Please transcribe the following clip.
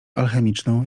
alchemiczną